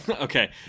okay